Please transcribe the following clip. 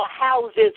houses